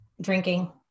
drinking